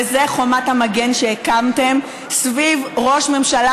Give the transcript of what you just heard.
וזה חומת המגן שהקמתם סביב ראש ממשלה,